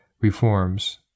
reforms